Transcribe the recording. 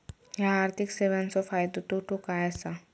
हया आर्थिक सेवेंचो फायदो तोटो काय आसा?